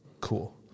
cool